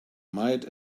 might